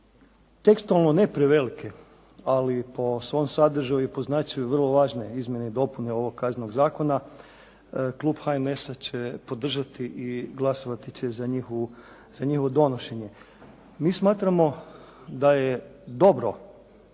Tekstualno ne prevelike, ali po svom sadržaju i po značaju vrlo važne izmjene i dopune ovog Kaznenog zakona klub HNS-a će podržati i glasovati će za njihovo donošenje. Mi smatramo da je dobro